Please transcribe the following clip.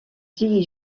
sigui